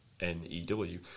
N-E-W